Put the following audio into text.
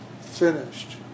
finished